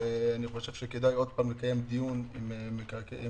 ואני חושב שכדאי לקיים שוב דיון עם רמ"י.